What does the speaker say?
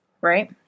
Right